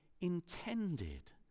intended